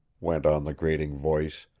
went on the grating voice,